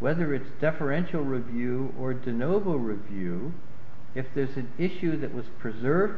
whether it's deferential review or de novo review if there's an issue that was preserve